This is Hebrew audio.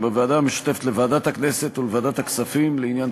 בבקשה, יושב-ראש ועדת הכנסת, אדוני.